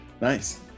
nice